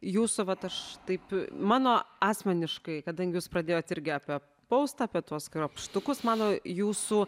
jūsų vat aš taip mano asmeniškai kadangi jūs pradėjot irgi apie poustą apie tuos krapštukus mano jūsų